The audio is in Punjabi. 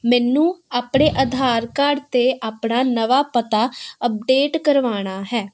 ਮੈਨੂੰ ਆਪਣੇ ਆਧਾਰ ਕਾਰਡ 'ਤੇ ਆਪਣਾ ਨਵਾਂ ਪਤਾ ਅਪਡੇਟ ਕਰਵਾਉਣਾ ਹੈ